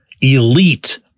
Elite